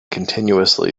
continuously